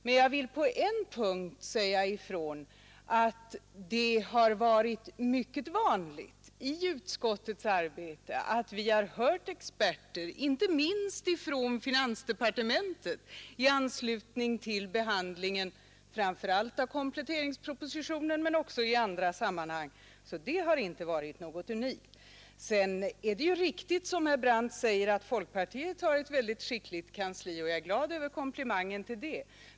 Men jag vill på en punkt säga ifrån att det har varit mycket vanligt i utskottets arbete att vi har hört experter inte minst från finansdepartementet i anslutning till behandlingen framför allt av kompletteringspropositionen men också i andra sammanhang. Detta har alltså inte varit något unikt. Det är ju riktigt som herr Brandt säger att folkpartiet har ett mycket skickligt kansli, och jag är glad över denna komplimang.